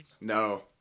No